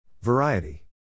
Variety